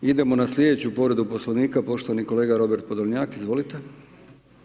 Idemo na slijedeću povredu Poslovnika, poštovani kolega Robert Podolnjak, izvolite.